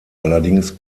allerdings